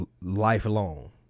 lifelong